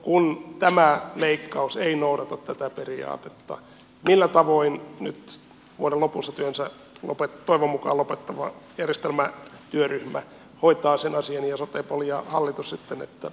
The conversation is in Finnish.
kun tämä leikkaus ei noudata tätä periaatetta niin millä tavoin nyt vuoden lopussa työnsä toivon mukaan lopettava järjestelmätyöryhmä sotepol ja hallitus sitten hoitavat sen asian niin että hallitusohjelma tältä osin toteutuu